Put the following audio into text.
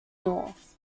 north